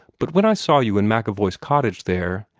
but when i saw you in macevoy's cottage there,